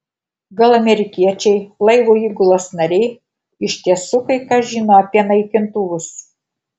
gal amerikiečiai laivo įgulos nariai iš tiesų kai ką žino apie naikintuvus